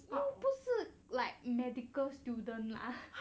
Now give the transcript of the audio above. no 不是 like medical student lah